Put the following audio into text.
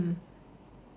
mm